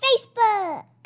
Facebook